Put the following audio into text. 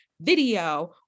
video